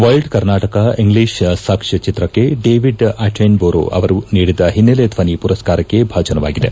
wild Karnataka English ಸಾಕ್ಷ್ಮಚಿತ್ರಕ್ಕೆ David Attenborough ಅವರು ನೀಡಿದ ಹಿನ್ನಲೆ ಧ್ವನಿ ಪುರಸ್ನಾರಕ್ಕೆ ಭಾಜನವಾಗಿದೆ